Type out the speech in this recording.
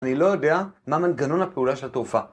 אני לא יודע מה מנגנון הפעולה של התעופה.